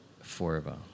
forever